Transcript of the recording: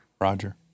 Roger